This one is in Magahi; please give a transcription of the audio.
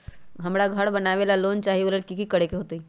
हमरा घर बनाबे ला लोन चाहि ओ लेल की की करे के होतई?